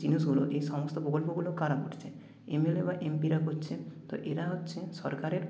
জিনিসগুলো এই সমস্ত প্রকল্পগুলো কারা করছে এমএলএ বা এমপিরা করছে তো এরা হচ্ছে সরকারের